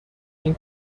این